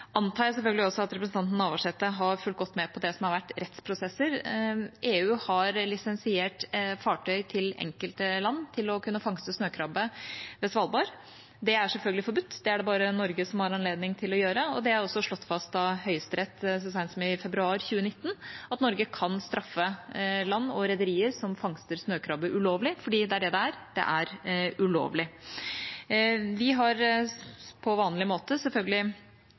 antar jeg selvfølgelig også at representanten Navarsete har fulgt godt med på det som har vært rettsprosesser. EU har lisensiert fartøy til enkelte land til å kunne fangste snøkrabbe ved Svalbard. Det er selvfølgelig forbudt, det er det bare Norge som har anledning til å gjøre. Det er også slått fast av Høyesterett så seint som i februar 2019 at Norge kan straffe land og rederier som fangster snøkrabbe ulovlig, fordi det er det det er: Det er ulovlig. Vi har på vanlig måte selvfølgelig